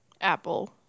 Apple